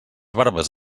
barbes